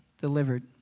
delivered